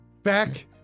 Back